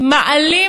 מעלים